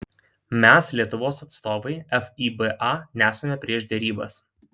mes lietuvos atstovai fiba nesame prieš derybas